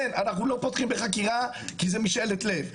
אין, 'אנחנו לא פותחים בחקירה כי זו משאלת לב'.